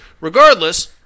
regardless